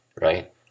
right